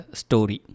story